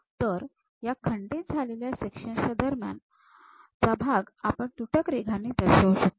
तर ह्या खंडित झालेल्या सेक्शन्स च्या दरम्यान चा भाग आपण तुटक रेघांनी दर्शवू शकतो